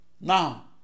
Now